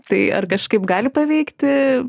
tai ar kažkaip gali paveikti